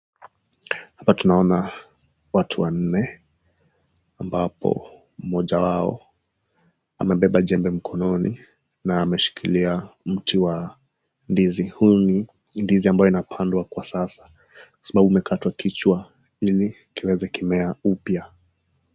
Hapa tunaona watu wanne, ambapo moja wao amebeba jembe mkononi na ameshikilia mti wa ndizi, huu ndizi ambayo inapandwa sasa. Kwa sababu umekatwa kichwa ili kiweze kumea mpya.